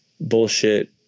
bullshit